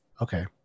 Okay